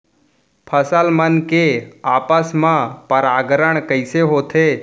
फसल मन के आपस मा परागण कइसे होथे?